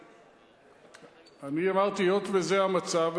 היות שזה המצב,